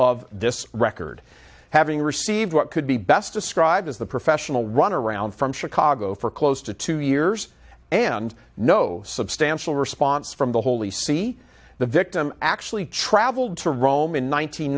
of this record having received what could be best described as the professional runaround from chicago for close to two years and no substantial response from the holy see the victim actually traveled to rome in